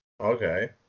Okay